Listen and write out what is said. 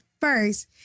first